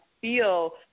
feel